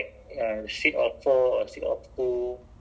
eh I think because I think